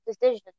decision